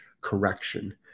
correction